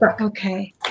okay